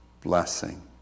blessing